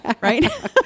right